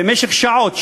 ונשב שעות,